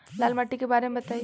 लाल माटी के बारे में बताई